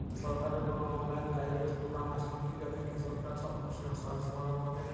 সরকারের কোনো online guidance program আছে কি যাতে কৃষক তার প্রশ্নের সহজ সমাধান পাবে?